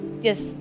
yes